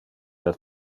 del